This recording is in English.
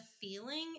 feeling